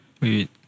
Wait